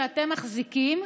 שאתם מחזיקים,